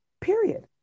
period